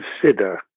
consider